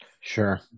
sure